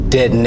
Dead